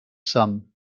some